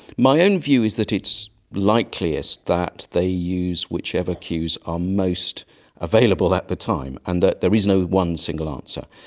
my own view is that it's likeliest that they use whichever cues are most available at the time, and that there is no one single answer.